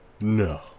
No